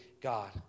God